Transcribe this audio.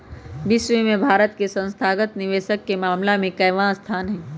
विश्व में भारत के संस्थागत निवेशक के मामला में केवाँ स्थान हई?